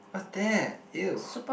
what's that [eww]